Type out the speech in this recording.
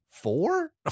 Four